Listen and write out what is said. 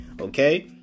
Okay